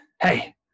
Hey